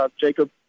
Jacob